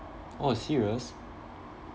oh serious